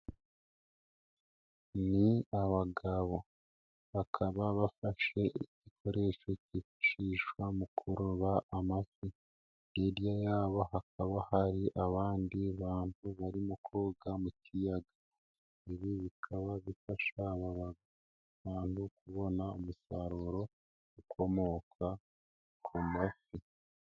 Ni abagabo bakaba, bakaba bafashe igikoresho cyifashishwa mu kuroba amafi, hirya yabo hakaba hari abandi bantu barimo koga mu kiyaga, ibi bikaba bifasha aba bantu kubona umusaruro ukomoka ku mafi.